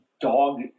Dog